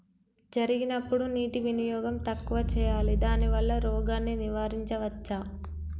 జరిగినప్పుడు నీటి వినియోగం తక్కువ చేయాలి దానివల్ల రోగాన్ని నివారించవచ్చా?